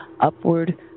upward